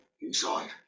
inside